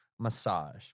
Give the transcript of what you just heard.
Massage